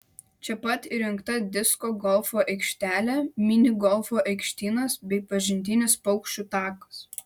čia pat įrengta disko golfo aikštelė mini golfo aikštynas bei pažintinis paukščių takas